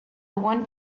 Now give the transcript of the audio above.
want